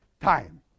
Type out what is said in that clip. time